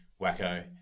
Wacko